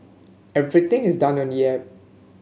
everything is done on the app